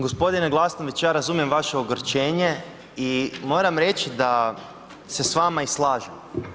Gospodine Glasnović ja razumijem vaše ogorčenje i moram reći da se s vama i slažem.